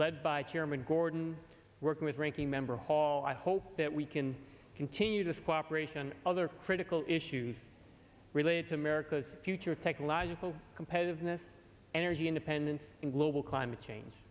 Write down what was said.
led by chairman gordon working with ranking member hall i hope that we can continue this cooperation other critical issues related to america's future technological competitiveness energy independence and global climate change